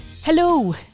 Hello